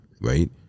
right